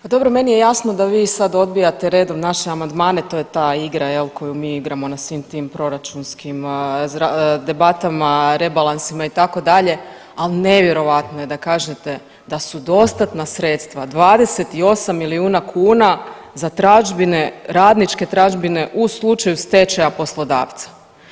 Pa dobro, meni je jasno da vi sad odbijate redom naše amandmane to je ta igra koju mi igramo na svim tim proračunskim debatama, rebalansima itd., ali nevjerojatno je da kažete da su dostatna sredstva 28 milijuna kuna za tražbine radničke tražbine u slučaju stečaja poslodavca.